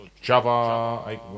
Java